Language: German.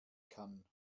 kann